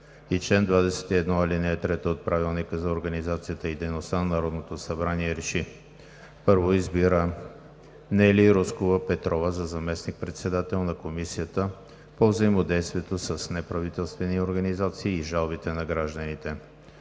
и чл. 21, ал. 3 от Правилника за организацията и дейността на Народното събрание РЕШИ: 1. Избира Нели Рускова Петрова за заместник-председател на Комисията по взаимодействието с неправителствените организации и жалбите на гражданите.